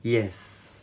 yes